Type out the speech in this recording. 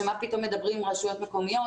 כי מה פתאום מדברים עם רשויות מקומיות